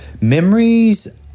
Memories